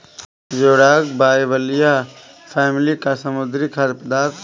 जोडाक बाइबलिया फैमिली का समुद्री खाद्य पदार्थ है